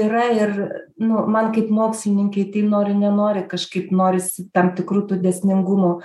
yra ir nu man kaip mokslininkei tai nori nenori kažkaip norisi tam tikrų tų dėsningumų